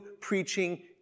preaching